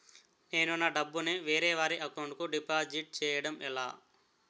నేను నా డబ్బు ని వేరే వారి అకౌంట్ కు డిపాజిట్చే యడం ఎలా?